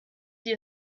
sie